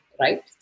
right